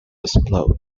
explode